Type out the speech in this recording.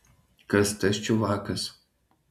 kas tas čiuvakas